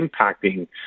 impacting